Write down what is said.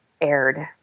aired